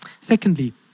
Secondly